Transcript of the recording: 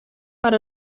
foar